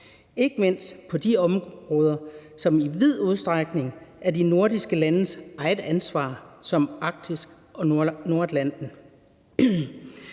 ikke mindst på de områder, som i vid udstrækning er de nordiske landes eget ansvar, som Arktis og Nordatlanten.